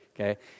okay